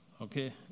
Okay